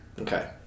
Okay